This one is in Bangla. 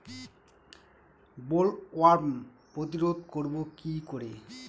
বোলওয়ার্ম প্রতিরোধ করব কি করে?